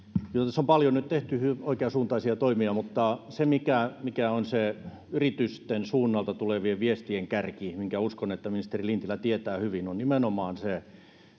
tässä on paljon nyt tehty oikeansuuntaisia toimia mutta se mikä on se yritysten suunnalta tulevien viestien kärki minkä uskon että ministeri lintilä tietää hyvin on nimenomaan